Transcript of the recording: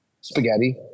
spaghetti